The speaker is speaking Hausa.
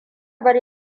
bar